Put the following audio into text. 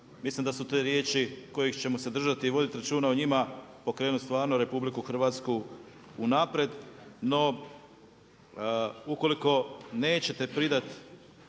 Mislim da su to riječi kojih ćemo se držati i voditi računa o njima pokrenuti stvarno RH unaprijed. No, ukoliko nećete pridati